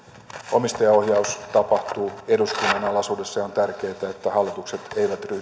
omistajaohjaus tapahtuu eduskunnan alaisuudessa on tärkeää että hallitukset eivät ryhdy